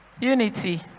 Unity